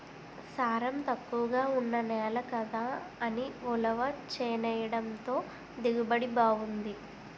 సారం తక్కువగా ఉన్న నేల కదా అని ఉలవ చేనెయ్యడంతో దిగుబడి బావుంది